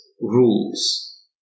rules